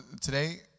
today